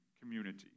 community